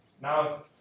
Now